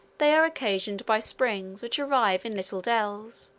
they are occasioned by springs which arise in little dells,